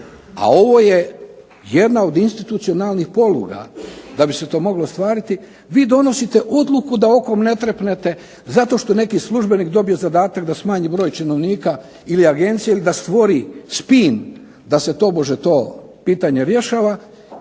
a ovo je jedna od institucionalnih poluga da bi se to moglo ostvariti, vi donosite odluku da okom ne trepnete zato što neki službenik dobio zadatak da smanji broj činovnika ili agencija, ili da stvori spin da se tobože to pitanje rješava,